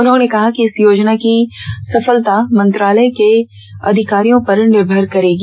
उन्होंने कहा कि इस योजना की सफलता मंत्रालय के अधिकारियों पर निर्मर करेगी